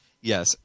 Yes